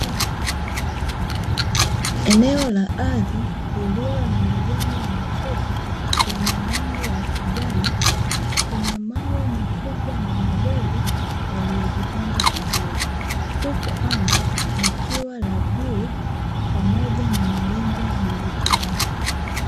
Eneo la ardhi lililo na majani mafupi yenye rangi ya kijani, kuna mawe makubwa na madogo, yaliyojipanga vizuri, huku anga likiwa la bluu pamoja na mawingu meupe.